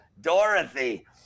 Dorothy